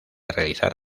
realizar